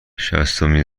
شصتمین